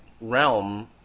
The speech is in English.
realm